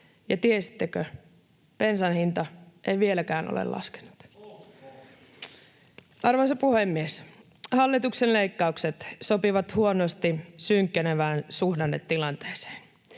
ja tiesittekö: bensan hinta ei vieläkään ole laskenut. Arvoisa puhemies! Hallituksen leikkaukset sopivat huonosti synkkenevään suhdannetilanteeseen.